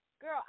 girl